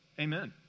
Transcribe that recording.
Amen